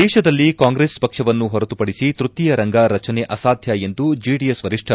ದೇಶದಲ್ಲಿ ಕಾಂಗ್ರೆಸ್ ಪಕ್ಷವನ್ನು ಹೊರತುಪಡಿಸಿ ತೃತೀಯ ರಂಗ ರಚನೆ ಅಸಾಧ್ಯ ಎಂದು ಜೆಡಿಎಸ್ ವರಿಷ್ಠ